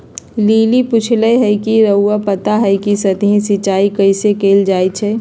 lily पुछलई ह कि रउरा पता हई कि सतही सिंचाई कइसे कैल जाई छई